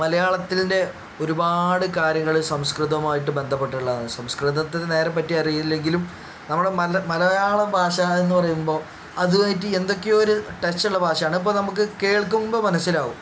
മലയാളത്തിൻ്റെ ഒരുപാട് കാര്യങ്ങൾ സംസ്കൃതമായിട്ട് ബന്ധപ്പെട്ടുള്ളതാണ് സംസ്കൃതത്തിനെ നേരെ പറ്റി അറിയില്ലെങ്കിലും നമ്മുടെ മല മലയാള ഭാഷ എന്ന് പറയുമ്പോൾ അതുമായിട്ട് എന്തൊക്കെയൊ ഒരു ടച്ച് ഉള്ള ഭാഷയാണ് ഇപ്പം നമുക്ക് കേൾക്കുമ്പോൾ മനസ്സിലാവും